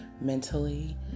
mentally